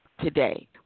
today